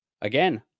Again